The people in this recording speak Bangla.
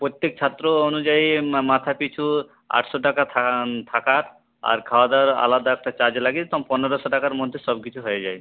প্রত্যেক ছাত্র অনুযায়ী মা মাথাপিছু আটশো টাকা থা থাকার আর খাওয়াদাওয়ার আলাদা একটা চার্জ লাগে তো পনেরোশো টাকার মধ্যে সবকিছু হয়ে যায়